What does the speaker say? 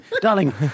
darling